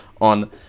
on